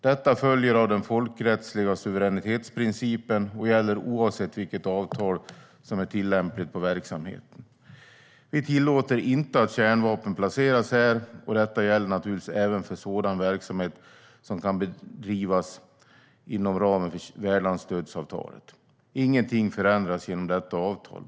Detta följer av den folkrättsliga suveränitetsprincipen och gäller oavsett vilket avtal som är tillämpligt på verksamheten. Vi tillåter inte att kärnvapen placeras här, och detta gäller naturligtvis även för sådan verksamhet som kan bedrivas inom ramen för värdlandsstödsavtalet. Ingenting förändras genom detta avtal.